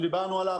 דיברנו עליו,